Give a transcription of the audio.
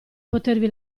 potervi